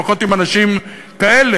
לפחות עם אנשים כאלה,